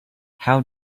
how